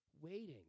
waiting